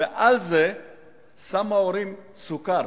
ועל זה שמו ההורים סוכר.